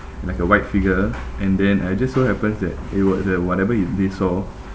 like a white figure and then uh it just so happens that it wh~ that whatever he they saw